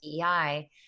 DEI